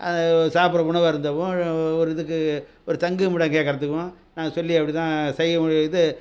அது சாப்பிட உணவு அருந்தவும் ஒரு இதுக்கு ஒரு தங்கும் இடம் கேட்கறதுக்கும் நாங்கள் சொல்லி அப்படிதான் சைகை மொழி இது